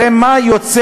הרי מה יוצא,